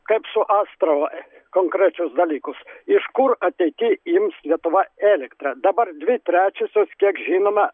kaip su astravo konkrečius dalykus iš kur ateity ims lietuva elektrą dabar dvi trečiosios kiek žinome